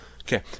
Okay